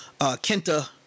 Kenta